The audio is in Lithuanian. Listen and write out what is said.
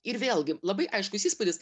ir vėlgi labai aiškus įspūdis